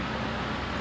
apa eh